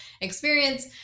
experience